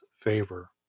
favor